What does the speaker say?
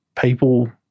people